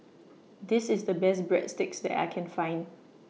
This IS The Best Breadsticks that I Can Find